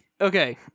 Okay